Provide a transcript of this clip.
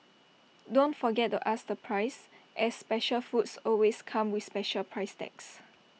don't forget to ask the price as special foods always come with special price tags